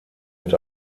mit